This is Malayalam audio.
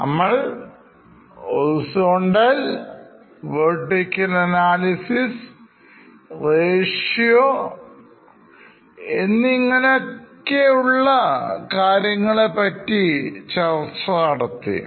നമ്മൾ horizontal vertical analysis ratios ഒക്കെ പറ്റിയുള്ള ചർച്ചകൾ ആണ് നടത്തിയത്